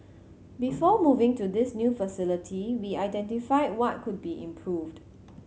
before moving to this new facility we identified what could be improved